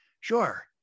Sure